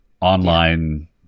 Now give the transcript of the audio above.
online